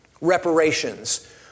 reparations